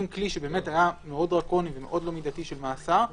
כלי שהיה מאוד דרקוני ומאוד לא מידתי של מאסר,